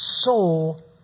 soul